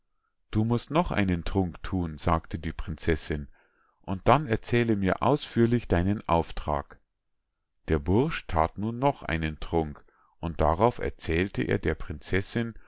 du musst noch einen trunk thun sagte die prinzessinn und dann erzähle mir ausführlich deinen auftrag der bursch that nun noch einen trunk und darauf erzählte er der prinzessinn